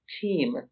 team